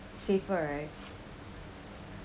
safer right